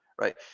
right